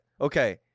okay